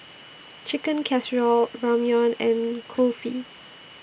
Chicken Casserole Ramyeon and Kulfi